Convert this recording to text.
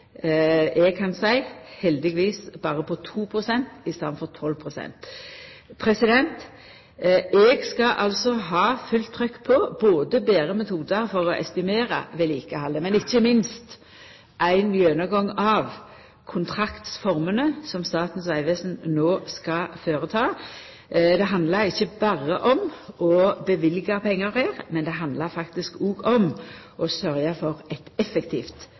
Eg kan seia: Heldigvis berre på 2 pst. i staden for 12 pst. Eg skal ha fullt trøkk både på betre metodar for å estimera vedlikehaldet og ikkje minst for å få ein gjennomgang av kontraktformene, som Statens vegvesen no skal føreta. Det handlar ikkje berre om å løyva pengar, men det handlar faktisk òg om å sørgja for eit effektivt